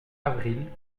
avril